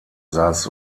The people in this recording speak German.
saß